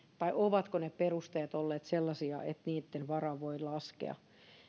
vai ovatko ne perusteet olleet sellaisia että niitten varaan voi laskea